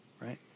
right